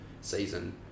season